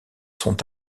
sont